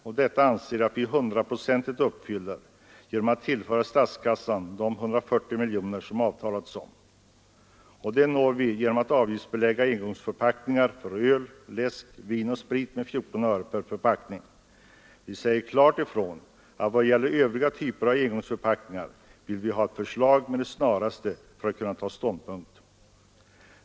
Detta krav anser vi att vi hundraprocentigt uppfyller genom att tillföra statskassan de 140 miljoner som det har avtalats om. Det når vi genom att avgiftsbelägga engångsförpackningar för öl, läskedrycker, vin och sprit med 14 öre per förpackning. Vi säger klart ifrån, att i vad det gäller övriga typer av engångsförpackningar vill vi ha ett förslag med det snaraste för att kunna ta ståndpunkt.